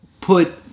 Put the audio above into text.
put